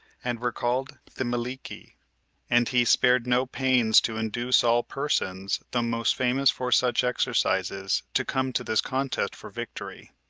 and were called thymelici and he spared no pains to induce all persons, the most famous for such exercises, to come to this contest for victory.